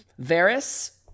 Varys